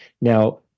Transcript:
Now